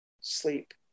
sleep